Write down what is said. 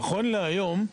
נכון להיום,